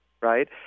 right